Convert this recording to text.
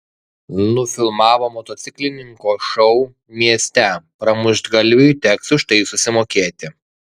nufilmavo motociklininko šou mieste pramuštgalviui teks už tai susimokėti